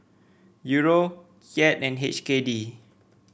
Euro Kyat and H K D